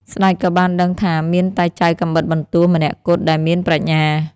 ស្ដេចក៏បានដឹងថាមានតែចៅកាំបិតបន្ទោះម្នាក់គត់ដែលមានប្រាជ្ញា។